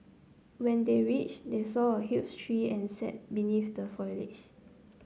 when they reached they saw a huge tree and sat beneath the foliage